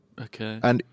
Okay